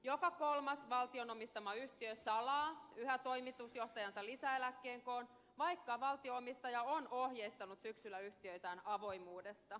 joka kolmas valtion omistama yhtiö salaa yhä toimitusjohtajansa lisäeläkkeen koon vaikka valtio omistaja on ohjeistanut syksyllä yhtiöitään avoimuudesta